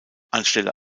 anstelle